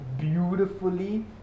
beautifully